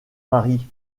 mari